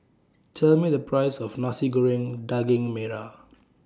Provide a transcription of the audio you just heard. Tell Me The Price of Nasi Goreng Daging Merah